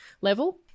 level